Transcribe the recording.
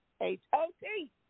H-O-T